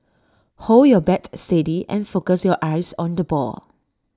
hold your bat steady and focus your eyes on the ball